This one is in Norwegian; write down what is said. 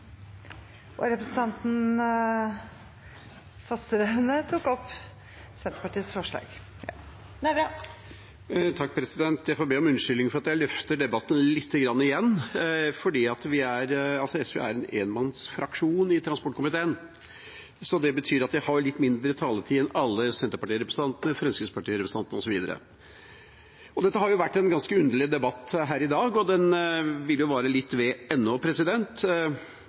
vel. Representanten Bengt Fasteraune har tatt opp det forslaget han refererte til. Jeg får be om unnskyldning for at jeg løfter fram debatten litt igjen. SV er en énmannsfraksjon i transportkomiteen, og det betyr at jeg har litt mindre taletid enn alle representantene fra Senterpartiet, Fremskrittspartiet osv. Det har jo vært en ganske underlig debatt her i dag. Den vil vare ennå litt